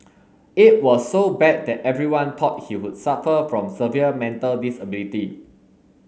it was so bad that everyone thought he would suffer from severe mental disability